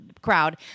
crowd